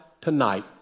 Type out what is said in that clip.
tonight